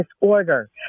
disorder